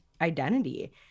identity